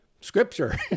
Scripture